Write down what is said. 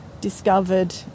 discovered